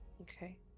Okay